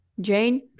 Jane